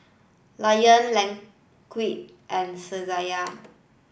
Lion Laneige and Saizeriya